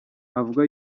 avuga